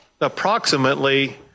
approximately